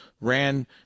ran